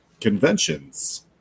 conventions